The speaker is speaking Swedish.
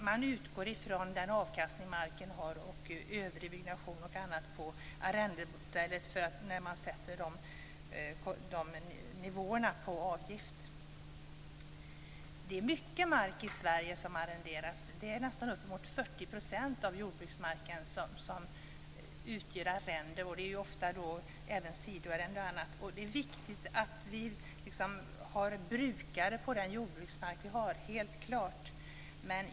Man utgår från den avkastning marken ger, övrig byggnation osv. på arrendestället när nivån på avgiften bestäms. Det är mycket mark i Sverige som arrenderas. Nästan 40 % av jordbruksmarken utgörs av arrenden. Där ingår ofta sidoarrenden och annat. Det är viktigt att det finns brukare på den jordbruksmark som finns.